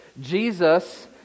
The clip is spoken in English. Jesus